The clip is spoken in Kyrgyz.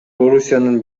орусиянын